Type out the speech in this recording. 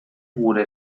gure